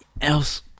else